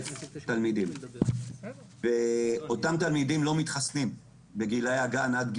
תלמידים ואותם תלמידים לא מתחסנים מגילאי הגן.